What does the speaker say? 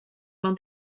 mewn